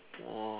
oh